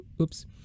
Oops